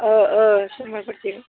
अ अ समान भर्थि